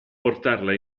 portarla